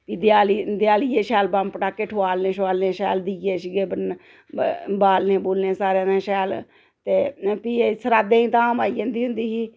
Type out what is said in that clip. फ्ही देआली देआलियै शैल बम्ब पटाखे ठुआलने शुआलने शैल दीये शीये बालने बुलने सारें ते शैल ते फ्ही एह् सरादें दी धाम आई जंदी हुंदी ही